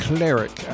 Cleric